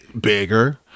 bigger